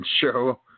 show